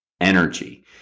energy